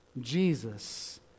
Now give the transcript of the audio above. Jesus